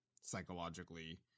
psychologically